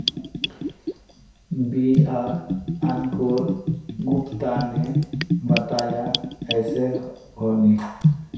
बीज आर अंकूर गुप्ता ने बताया ऐसी होनी?